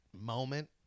moment